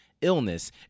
illness